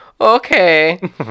okay